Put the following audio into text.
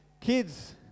Kids